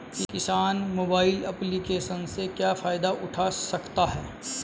किसान mobile application से क्या फायदा उठा सकता है?